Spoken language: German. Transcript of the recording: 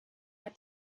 hat